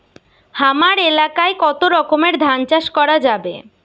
হামার এলাকায় কতো রকমের ধান চাষ করা যাবে?